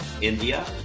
India